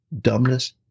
dumbness